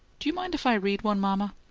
do you mind if i read one, mama?